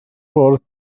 bwrdd